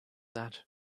that